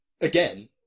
again